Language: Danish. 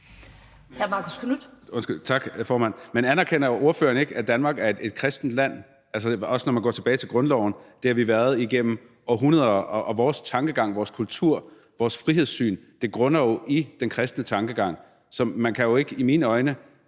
Hr. Marcus Knuth.